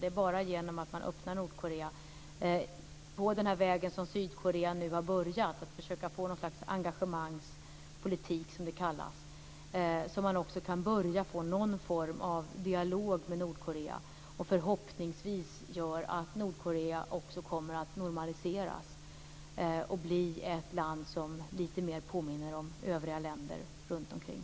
Det är bara genom att öppna Nordkorea och slå in på den väg som Sydkorea har börjat, nämligen att försöka få något slags engagemangspolitik som det kallas, som man också kan börja få någon form av dialog med Nordkorea. Det kan förhoppningsvis göra att Nordkorea också kommer att normaliseras och bli ett land som lite mer påminner om övriga länder runtomkring.